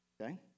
okay